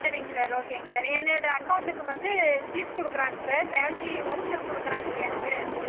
சரிங்க சார் ஓகேங்க சார் என்னோட அக்கௌண்ட்டுக்கு வந்து ஸ்லிப் கொடுக்குறாங்க சார் சேல்ரி வவுச்சர் கொடுக்குறாங்க இல்லையாங்க சார்